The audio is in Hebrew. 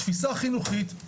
תפיסה חינוכית,